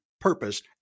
purpose